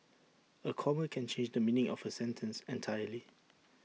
A comma can change the meaning of A sentence entirely